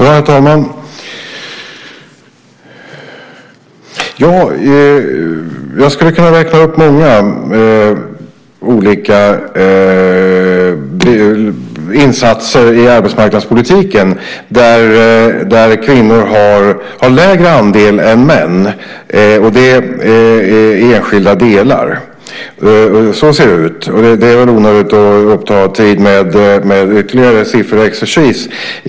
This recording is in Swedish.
Herr talman! Jag skulle kunna räkna upp många olika insatser i arbetsmarknadspolitiken där kvinnor har lägre andel än män. Det gäller enskilda delar. Så ser det ut. Det är väl onödigt att uppta tid med ytterligare sifferexercis i fråga om detta.